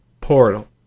Portal